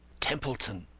templeton,